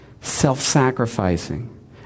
self-sacrificing